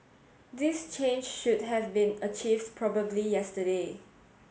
this change should have been achieved probably yesterday